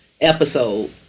episode